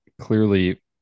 clearly